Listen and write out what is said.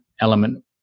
element